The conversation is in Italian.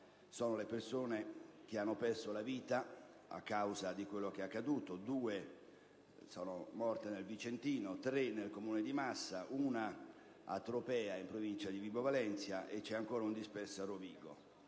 sono le persone che hanno perso la vita a causa di quello che è accaduto: due sono morte nel vicentino, tre nel comune di Massa, una a Tropea, in provincia di Vibo Valentia, mentre c'è ancora un disperso a Rovigo.